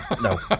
no